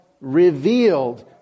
revealed